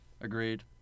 Agreed